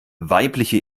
weibliche